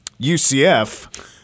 UCF